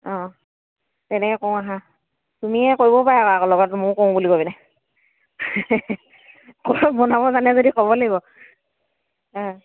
অঁ তেনেকৈ কৰোঁ আহা তুমিয়ে কৰিব পাৰা আকৌ লগত ময়ো কৰোঁ বুলি কৈ পিনে বনাব জানে যদি ক'ব লাগিব অঁ